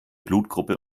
blutgruppe